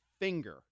finger